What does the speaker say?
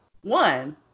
One